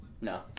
No